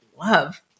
love